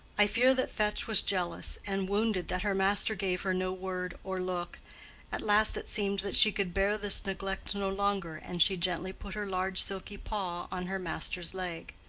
i fear that fetch was jealous, and wounded that her master gave her no word or look at last it seemed that she could bear this neglect no longer, and she gently put her large silky paw on her master's leg.